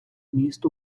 міст